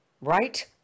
right